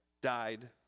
died